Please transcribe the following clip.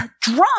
drunk